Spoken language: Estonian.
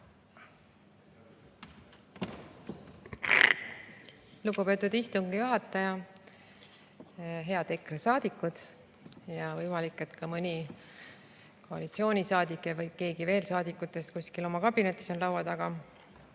Lugupeetud istungi juhataja! Head EKRE saadikud! Ja võimalik, et ka mõni koalitsioonisaadik või veel mõni saadik kuskil oma kabinetis laua taga!